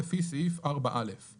לפי סעיף 4א";